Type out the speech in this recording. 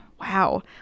Wow